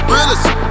Realest